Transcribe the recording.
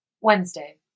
Wednesday